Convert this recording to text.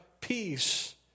peace